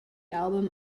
album